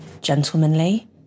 gentlemanly